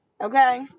okay